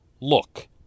look